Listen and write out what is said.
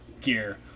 gear